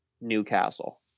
Newcastle